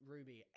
Ruby